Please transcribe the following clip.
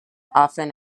often